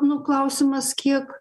nu klausimas kiek